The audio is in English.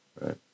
right